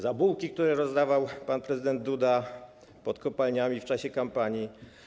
Za bułki, które rozdawał pan prezydent Duda pod kopalniami w czasie kampanii.